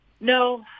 No